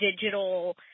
digital